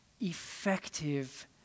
effective